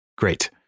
Great